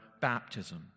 baptism